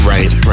Right